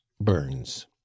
burns